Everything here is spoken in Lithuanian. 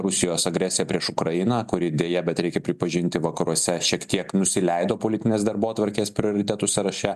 rusijos agresija prieš ukrainą kuri deja bet reikia pripažinti vakaruose šiek tiek nusileido politinės darbotvarkės prioritetų sąraše